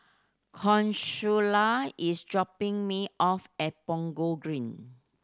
Consuela is dropping me off at Punggol Green